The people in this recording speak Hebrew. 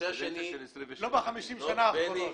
לא ב-50 השנים האחרונות.